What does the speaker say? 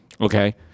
Okay